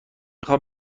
خوام